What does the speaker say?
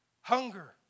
hunger